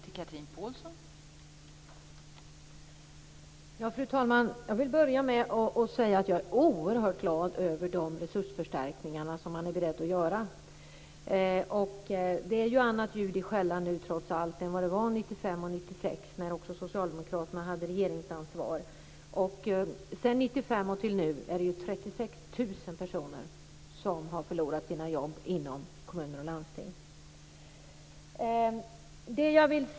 Fru talman! Jag vill börja med att säga att jag är oerhört glad över de resursförstärkningar som man är beredd att göra. Det är ju trots allt annat ljud i skällan nu än vad det var 1995 och 1996 då socialdemokraterna också hade regeringsansvar. Från 1995 och fram till nu är det 36 000 personer som har förlorat sina jobb inom kommuner och landsting.